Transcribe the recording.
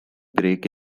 break